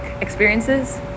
experiences